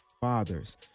fathers